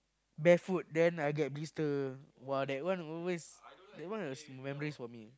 barefoot then I get blister !wah! that one always that one is memories for me